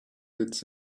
it’s